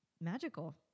magical